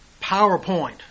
PowerPoint